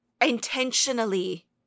intentionally